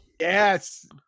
Yes